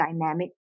dynamic